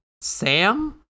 Sam